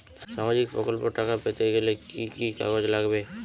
সামাজিক প্রকল্পর টাকা পেতে গেলে কি কি কাগজ লাগবে?